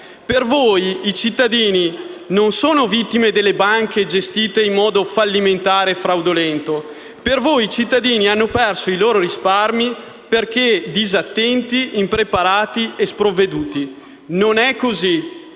Per voi i cittadini non sono vittime delle banche gestite in modo fallimentare e fraudolento, ma hanno perso i loro risparmi perché disattenti, impreparati e sprovveduti. Non è così: